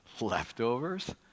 Leftovers